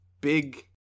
big